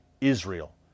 Israel